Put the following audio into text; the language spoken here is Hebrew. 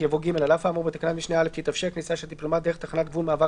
יבוא: "דיפלומט" אחד מאלה: